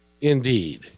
Indeed